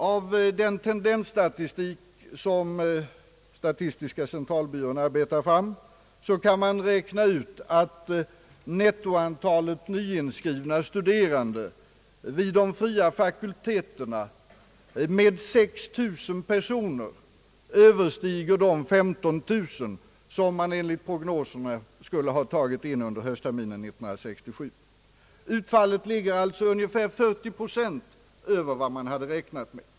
Av den tendensstatistik som statistiska centralbyrån utarbetar framgår att nettoantalet nyinskrivna studerande vid de fria fakulteterna med 6000 personer Ööverstiger de 15000 som enligt prognoserna skulle ha tagits in under höstterminen 1967. Utfallet ligger ungefär 40 procent över vad man hade räknat med.